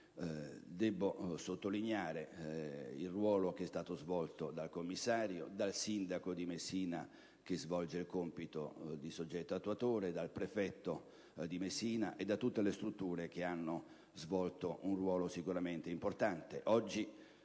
debbo sottolineare il ruolo svolto dal commissario, dal sindaco di Messina, che svolge il compito di soggetto attuatore, dal prefetto di Messina e da tutte le strutture, che hanno svolto un ruolo sicuramente importante.